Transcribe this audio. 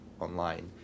online